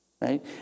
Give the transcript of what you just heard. right